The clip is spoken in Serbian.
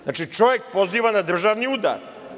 Znači, čovek poziva na državni udar.